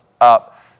up